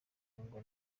ngo